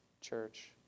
church